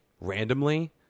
randomly